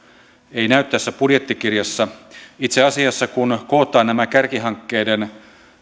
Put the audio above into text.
ei näy tässä budjettikirjassa itse asiassa kun kootaan nämä kärkihankkeiden